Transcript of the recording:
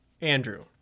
andrew